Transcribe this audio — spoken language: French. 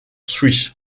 switch